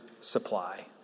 supply